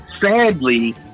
Sadly